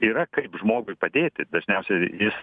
yra kaip žmogui padėti dažniausia jis